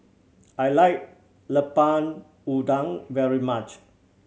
I like Lemper Udang very much